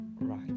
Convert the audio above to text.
right